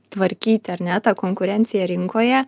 tvarkyti ar ne tą konkurenciją rinkoje